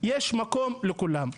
יש מקום לכולם.